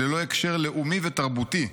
ללא הקשר לאומי ותרבותי,